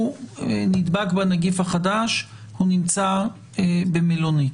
הוא נדבק בנגיף החדש, הוא נמצא במלונית.